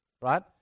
right